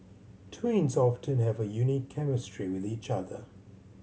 twins often have a unique chemistry with each other